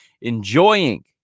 enjoying